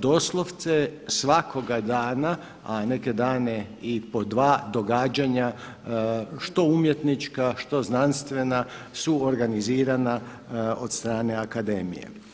doslovce svakoga dana, a neke dane i po dva događanja što umjetnička, što znanstvena su organizirana od strane akademije.